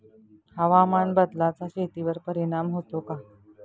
हवामान बदलाचा शेतीवर परिणाम होतो का?